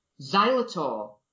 Xylitol